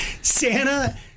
Santa